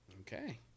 Okay